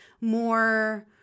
more